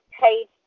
page